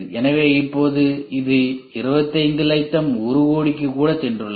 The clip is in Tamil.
எனவே இப்போது இது 25 லட்சம் 1 கோடிக்கு கூட சென்றுள்ளது